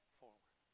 forward